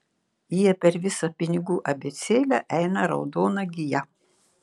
jie per visą pinigų abėcėlę eina raudona gija